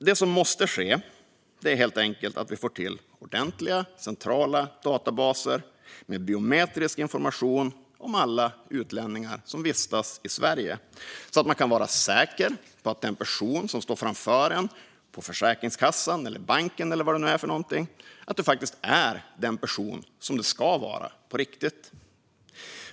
Det som måste ske är helt enkelt att vi får till ordentliga centrala databaser med biometrisk information om alla utlänningar som vistas i Sverige, så att man kan vara säker på att den person som står framför en på Försäkringskassan, på banken eller vad det nu är faktiskt är den person som det ska vara.